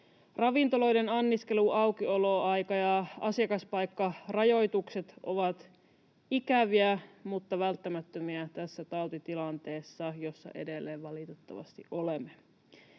Ravintoloiden anniskelu-, aukioloaika- ja asiakaspaikkarajoitukset ovat ikäviä mutta välttämättömiä tässä tautitilanteessa, jossa edelleen valitettavasti olemme.